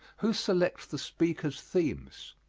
who selects the speakers' themes?